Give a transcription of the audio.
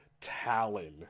Talon